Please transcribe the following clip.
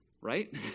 right